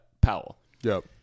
Powell—yep